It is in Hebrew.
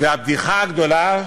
והבדיחה הגדולה,